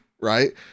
right